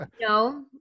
no